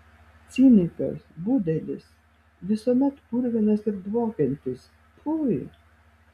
cinikas budelis visuomet purvinas ir dvokiantis pfui